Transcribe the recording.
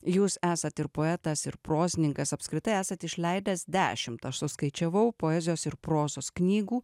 jūs esat ir poetas ir prozininkas apskritai esat išleidęs dešimt aš suskaičiavau poezijos ir prozos knygų